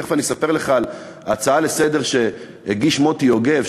תכף אני אספר לך על הצעה לסדר-היום שהגיש מוטי יוגב,